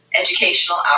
educational